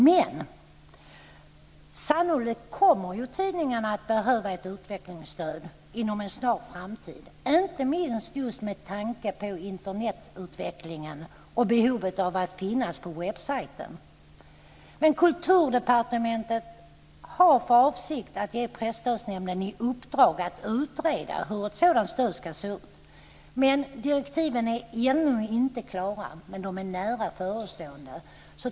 Men sannolikt kommer tidningarna att behöva ett utvecklingsstöd inom en snar framtid, inte minst med tanke på Internetutvecklingen och behovet av att finnas på en webbsida. Kulturdepartementet har för avsikt att ge Presstödsnämnden i uppdrag att utreda hur ett sådant stöd ska se ut. Direktiven är ännu inte klara, men de är nära förestående.